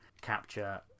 capture